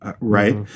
right